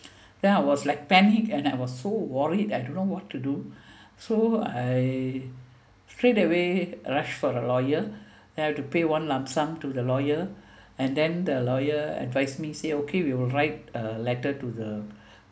then I was like panic and I was so worried I don't know what to do so I straight away rush for a lawyer then I have to pay one lump sum to the lawyer and then the lawyer advise me say okay we will write a letter to the